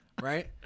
right